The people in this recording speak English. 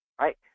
Right